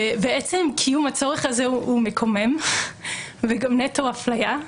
ועצם קיום הצורך הזה הוא מקומם וגם נטו אפליה.